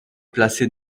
placée